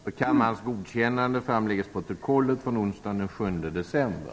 Frågorna redovisas i bilaga som fogas till riksdagens snabbprotokoll tisdagen den 6 december.